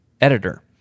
editor